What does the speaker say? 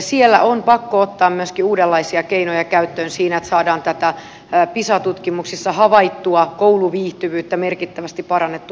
siellä on pakko ottaa myöskin uudenlaisia keinoja käyttöön siinä että saadaan tätä pisa tutkimuksissa havaittua kouluviihtyvyyttä merkittävästi parannettua